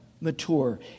mature